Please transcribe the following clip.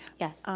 yes.